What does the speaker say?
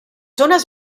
zones